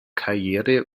karriere